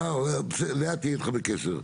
תהיה איתך בקשר.